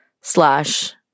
slash